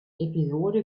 episode